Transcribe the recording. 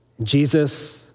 Jesus